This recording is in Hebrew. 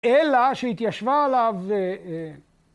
‫אלא שהתיישבה עליו...